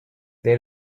they